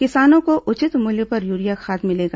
किसानों को उचित मूल्य पर यूरिया खाद मिलेगी